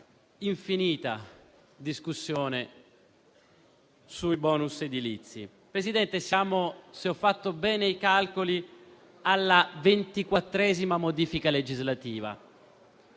infinita discussione sui bonus edilizi. Presidente, se ho fatto bene i calcoli, siamo alla ventiquattresima modifica legislativa